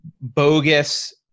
bogus